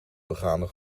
begane